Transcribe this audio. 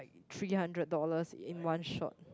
three hundred dollars in one shot